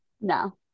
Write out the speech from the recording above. No